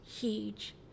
huge